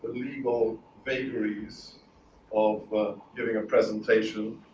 legal vagaries of giving a presentation.